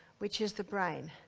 which is the brain.